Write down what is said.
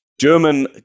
German